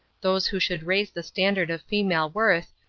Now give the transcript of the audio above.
those who should raise the standard of female worth,